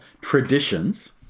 traditions